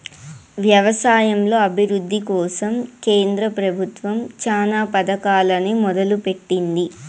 వ్యవసాయంలో అభివృద్ది కోసం కేంద్ర ప్రభుత్వం చానా పథకాలనే మొదలు పెట్టింది